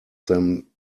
them